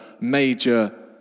major